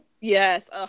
Yes